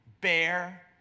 Bear